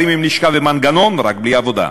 עם לשכה ומנגנון רק בלי עבודה.